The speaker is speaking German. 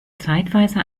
zeitweise